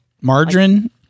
margarine